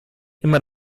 immer